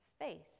faith